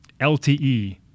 LTE